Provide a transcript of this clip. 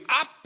up